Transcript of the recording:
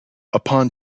upon